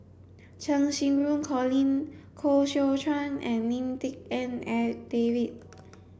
Cheng Xinru Colin Koh Seow Chuan and Lim Tik En David